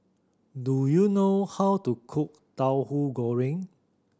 do you know how to cook Tahu Goreng